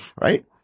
Right